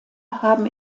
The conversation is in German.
haben